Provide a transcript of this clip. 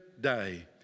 day